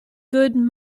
good